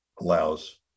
allows